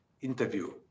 interview